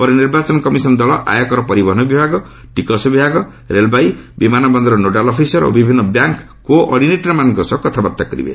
ପରେ ନିର୍ବାଚନ କମିଶନ ଦଳ ଆୟକର ପରିବହନ ବିଭାଗ ଟିକସ ବିଭାଗ ରେଳବାଇ ବିମାନବନ୍ଦରର ନୋଡାଲ ଅଫିସର ଓ ବିଭିନ୍ନ ବ୍ୟାଙ୍କର କୋ ଅଡିନେଟର ମାନଙ୍କ ସହ କଥାବାର୍ତ୍ତା କରିବେ